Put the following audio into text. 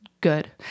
good